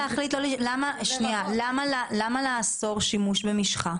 --- שנייה, למה לאסור שימוש במשחה?